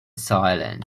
silence